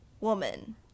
woman